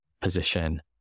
position